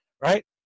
right